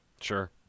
sure